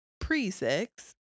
pre-sex